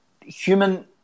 human